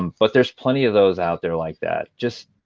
um but there's plenty of those out there like that. just